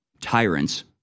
tyrants